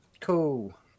Cool